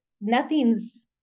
nothing's